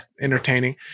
entertaining